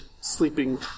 sleeping